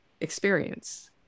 experience